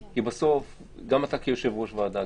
כי בסוף גם אתה כיושב-ראש ועדה,